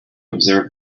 observe